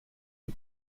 une